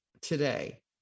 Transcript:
today